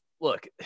look